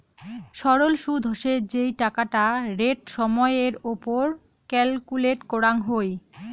সরল সুদ হসে যেই টাকাটা রেট সময় এর ওপর ক্যালকুলেট করাঙ হই